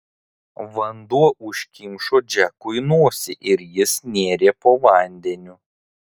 vanduo užkimšo džekui nosį ir jis nėrė po vandeniu